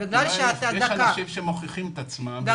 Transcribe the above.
אולי יש אנשים שמוכיחים את עצמם.